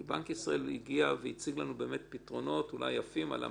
כי בנק ישראל הציע לנו פתרונות אולי יפים על המדף,